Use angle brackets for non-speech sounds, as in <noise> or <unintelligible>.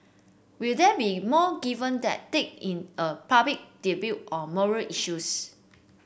will there be in more given that take in a public <unintelligible> on moral issues